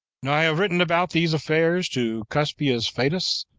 now i have written about these affairs to cuspius fadus,